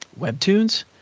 webtoons